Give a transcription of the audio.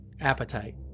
appetite